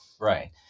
Right